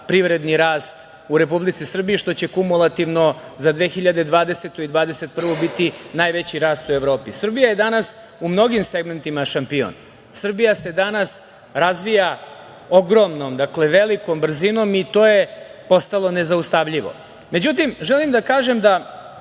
privredni rast u Republici Srbiji što će kumulativno za 2020. i 2021. godinu biti najveći rast u Evropi. Srbija je danas u mnogim segmentima šampion. Srbija se danas razvija ogromnom, velikom brzinom i to je postalo nezaustavljivo. Međutim, želim da kažem da